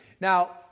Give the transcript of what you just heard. Now